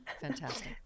fantastic